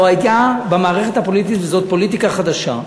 לא היה במערכת הפוליטית, וזאת פוליטיקה חדשה,